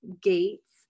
gates